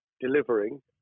delivering